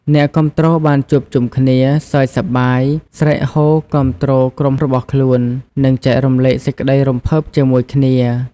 អ្នកគាំទ្របានជួបជុំគ្នា សើចសប្បាយ ស្រែកហ៊ោគាំទ្រក្រុមរបស់ខ្លួន និងចែករំលែកសេចក្តីរំភើបជាមួយគ្នា។